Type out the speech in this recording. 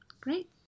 Great